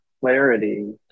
clarity